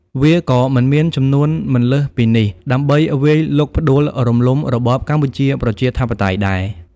វាក៏មិនមានចំនួនមិនលើសពីនេះ ដើម្បីវាយលុកផ្ដួលរំលំរបបកម្ពុជាប្រជាធិបតេយ្យដែរ។